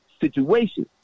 situation